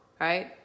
Right